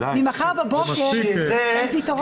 ממחר בבוקר אין פתרון.